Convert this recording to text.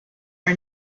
are